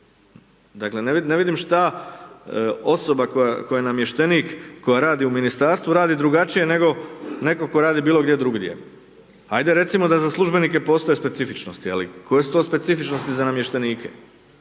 Dakle, ne vidim šta osoba koja je namještenik, koja radi u Ministarstvu, radi drugačije, nego netko tko radi bilo gdje drugdje. Ajde recimo da za službenike postoji specifičnosti, ali koje su to specifičnosti za namještenike?